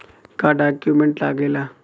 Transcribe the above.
का डॉक्यूमेंट लागेला?